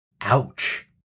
Ouch